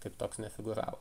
kaip toks nefigūravo